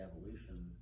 evolution